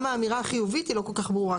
האמירה החיובית היא לא כל כך ברורה,